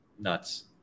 nuts